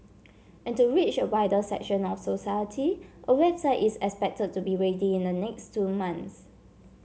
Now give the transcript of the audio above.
and to reach a wider section of society a website is expected to be ready in the next two months